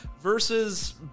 versus